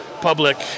public